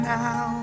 now